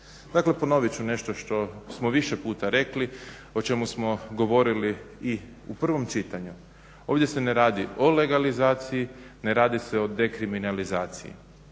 Dakle ponovit ću nešto što smo više puta rekli, o čemu smo govorili i u prvom čitanju. Ovdje se ne radi o legalizaciji, ne radi se o dekriminalizaciji.